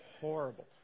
horrible